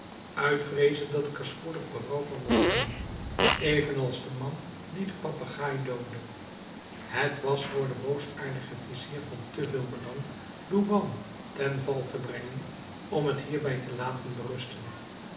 uit vreeze dat ik er spoedig berouw van mogt hebben even als de man die den papegaai doodde het was voor den boosaardigen vizier van te veel belang douban ten val te brengen om het hierbij te laten berusten